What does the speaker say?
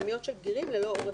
פנימיות של בגירים ללא עורף משפחתי.